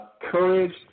courage